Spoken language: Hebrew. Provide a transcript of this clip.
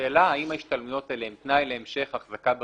השאלה האם ההשתלמויות האלה הן תנאי להמשך החזקה ברישיון,